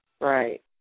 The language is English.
Right